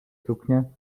suknie